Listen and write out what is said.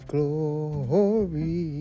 Glory